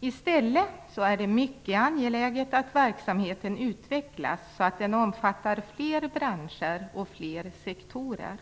I stället är det mycket angeläget att verksamheten utvecklas så att den omfattar fler branscher och fler sektorer.